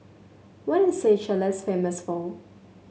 what is Seychelles famous for